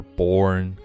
born